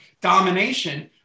domination